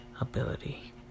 ability